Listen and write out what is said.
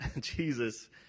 Jesus